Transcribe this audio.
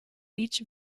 each